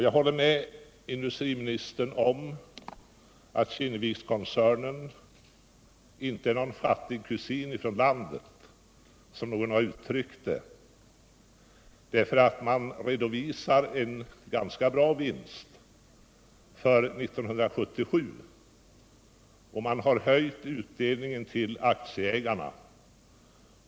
Jag håller med industriministern om att Kinnevikskoncernen inte är någon fattig kusin från landet, som någon har uttryckt det, därför att man redovisar en ganska bra vinst för 1977 och man har höjt utdelningen till aktieägarna.